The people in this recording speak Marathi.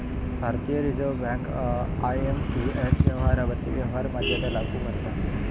भारतीय रिझर्व्ह बँक आय.एम.पी.एस व्यवहारांवर व्यवहार मर्यादा लागू करता